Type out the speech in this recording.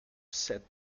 set